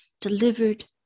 delivered